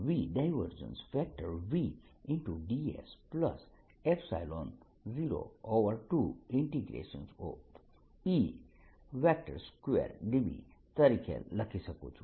dS 02E 2dV તરીકે લખી શકું છું